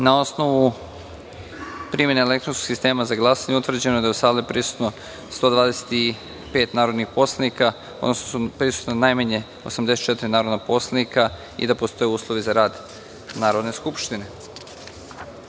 osnovu primene elektronskog sistema za glasanje, utvrđeno da je u sali prisutno 125 narodnih poslanika, odnosno da prisustvuje najmanje 84 narodna poslanika i da postoje uslovi za rad Narodne skupštine. Saglasno